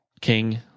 King